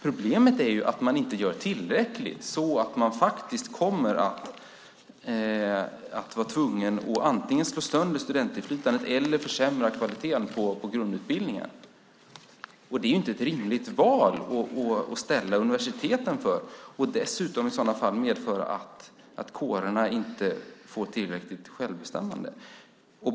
Problemet är att man inte gör tillräckligt så att man faktiskt kommer att vara tvungen att antingen slå sönder studentinflytandet eller försämra kvaliteten på grundutbildningen. Det är inte ett rimligt val att ställa universiteten inför. Dessutom skulle det medföra att kårerna inte får tillräckligt självbestämmande.